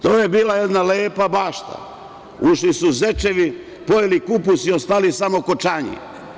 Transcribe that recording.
To je bila jedna lepa bašta, ušli su zečevi, pojeli kupus i ostali samo kočanji.